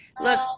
Look